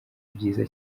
byiza